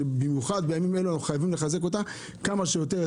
שבמיוחד בימים האלו אנחנו חייבים לחזק אותה כמה שיותר,